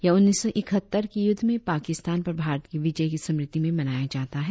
यह उन्नीस सौ इकहत्तर के युद्ध में पाकिस्तान पर भारत की विजय की स्मृति में मनाया जाता है